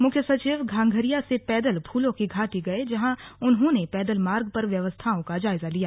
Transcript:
मुख्य सचिव घांघरिया से पैदल फूलों की घाटी गए जहां उन्होंने पैदल मार्ग पर व्यवस्थाओं का जायजा लिया